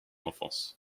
enfance